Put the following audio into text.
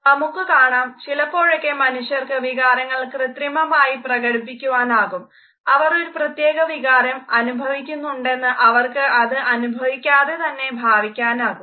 നമുക്ക് കാണാം ചിലപ്പോഴൊക്കെ മനുഷ്യർക്ക് വികാരങ്ങൾ കൃത്രിമമായി പ്രകടിപ്പിക്കാനാകും അവർ ഒരു പ്രത്യേക വികാരം അനുഭവിക്കുന്നുണ്ടെന്ന് അവർക്ക് അത് അനുഭവിക്കാതെ തന്നെ ഭാവിക്കാനാകും